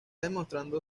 demostraron